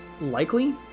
likely